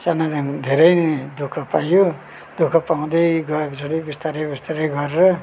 सानैदेखि धेरै नै दु ख पाइयो दु ख पाउँदै गए पछाडि बिस्तारै बिस्तारै गरेर